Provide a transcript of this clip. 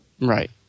Right